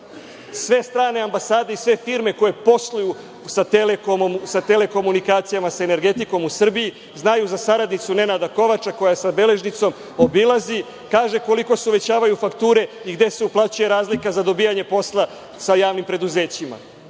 Sve strane ambasade i sve firme koje posluju sa „Telekomom“, sa telekomunikacijama, sa energetikom u Srbiji, znaju za saradnicu Nenada Kovača, koja sa beležnicom obilazi, kaže koliko se uvećavaju fakture i gde se uplaćuje razlika za dobijanje posla sa javnim preduzećima.